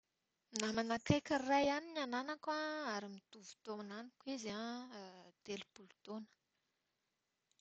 Namana akaiky iray ihany no ananako ary mitovy taona amiko izy. Telopolo taona.